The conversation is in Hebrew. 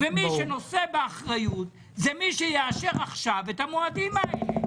ומי שנושא באחריות זה מי שיאשר עכשיו את המועדים האלה.